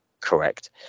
correct